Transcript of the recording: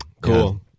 cool